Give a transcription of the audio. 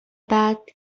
بعد